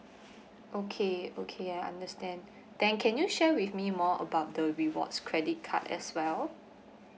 okay okay I understand then can you share with me more about the rewards credit card as well